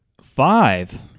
Five